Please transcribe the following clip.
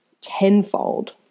tenfold